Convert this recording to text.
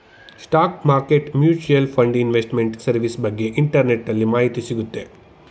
stock market mutual fund investment service ಬಗ್ಗೆ ಇಂಟರ್ನೆಟ್ಟಲ್ಲಿ ಮಾಹಿತಿ ಸಿಗುತ್ತೆ